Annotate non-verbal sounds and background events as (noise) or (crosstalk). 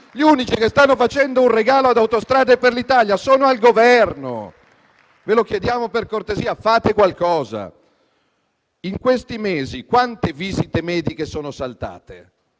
Gli unici che stanno facendo un regalo ad Autostrade per l'Italia sono al Governo. Ve lo chiediamo per cortesia: fate qualcosa. (applause) In questi mesi, quante visite mediche sono saltate?